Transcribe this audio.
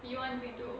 you want we do